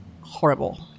horrible